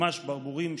ממש ברבורים,